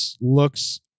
looks